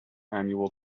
annual